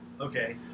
Okay